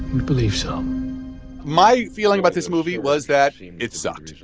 we believe so my feeling about this movie was that it sucked